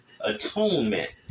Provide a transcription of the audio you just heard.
atonement